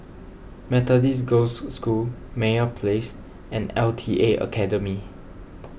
Methodist Girls' School Meyer Place and L T A Academy